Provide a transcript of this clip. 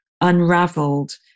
unraveled